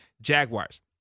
Jaguars